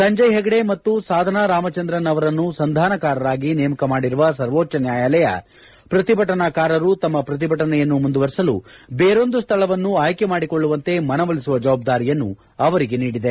ಸಂಜಯ್ ಹೆಗ್ಡೆ ಮತ್ತು ಸಾಧನ ರಾಮಚಂದ್ರನ್ ಅವರನ್ನು ಸಂಧಾನಕಾರರಾಗಿ ನೇಮಕ ಮಾಡಿರುವ ಸರ್ವೋಚ್ನ ನ್ಯಾಯಾಲಯ ಪ್ರತಿಭಟನಾಕಾರರು ತಮ್ನ ಪ್ರತಿಭಟನೆಯನ್ನು ಮುಂದುವರೆಸಲು ಬೇರೊಂದು ಸ್ವಳವನ್ನು ಆಯ್ಲೆ ಮಾಡಿಕೊಳ್ಳುವಂತೆ ಮನವೊಲಿಸುವ ಜವಾಬ್ದಾರಿಯನ್ನು ಅವರಿಗೆ ನೀಡಿದೆ